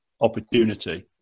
opportunity